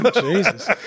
Jesus